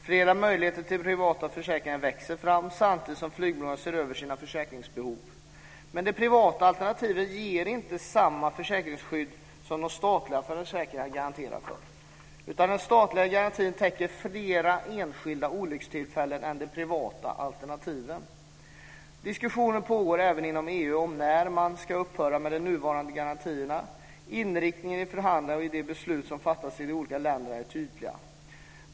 Flera möjligheter till privata försäkringar växer fram samtidigt som flygbolagen ser över sina försäkringsbehov. Men de privata alternativen ger inte samma försäkringsskydd som de statliga försäkringarna ger garantier för. Den statliga garantin täcker fler enskilda olyckstillfällen än de privata alternativen. Diskussioner pågår även inom EU om när man ska upphöra med de nuvarande garantierna. Inriktningen i förhandlingarna vid de beslut som fattas i de olika länderna är tydlig.